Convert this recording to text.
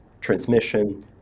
transmission